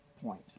point